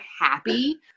happy